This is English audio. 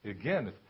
again